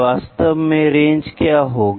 वास्तव में रेंज क्या होगी